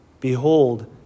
Behold